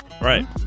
Right